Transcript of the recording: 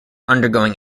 undergoing